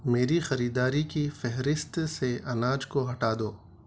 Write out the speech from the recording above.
میری خریداری کی فہرست سے اناج کو ہٹا دو